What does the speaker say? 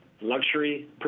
luxury